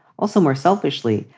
also, more selfishly,